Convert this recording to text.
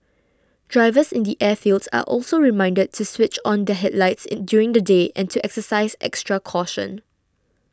drivers in the airfields are also reminded to switch on their headlights and during the day and to exercise extra caution